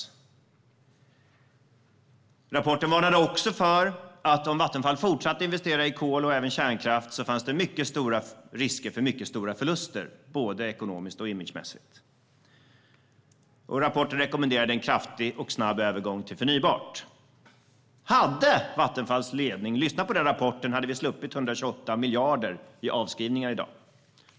I rapporten varnades det också för att om Vattenfall fortsatte att investera i kol och även kärnkraft fanns det mycket stora risker för mycket stora förluster, både ekonomiskt och imagemässigt. I rapporten rekommenderade man en kraftig och snabb övergång till förnybart. Hade Vattenfalls ledning lyssnat till det som sas i rapporten hade vi sluppit 128 miljarder i avskrivningar i dag.